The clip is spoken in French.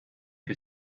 que